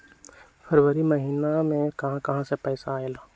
फरवरी महिना मे कहा कहा से पैसा आएल?